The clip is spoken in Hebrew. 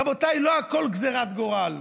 רבותיי, לא הכול גזרת גורל.